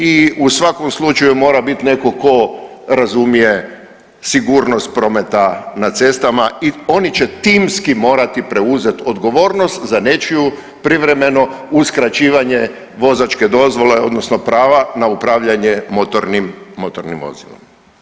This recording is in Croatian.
I u svakom slučaju mora biti neko tko razumije sigurnost prometa na cestama i oni će timski morati preuzeti odgovornost za nečiju privremeno uskraćivanje vozačke dozvole odnosno prava na upravljanje motornim, motornim vozilom.